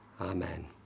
Amen